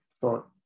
thought